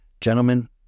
Gentlemen